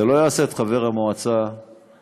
זה לא יעשה את חבר המועצה עשיר,